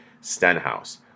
Stenhouse